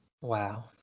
Wow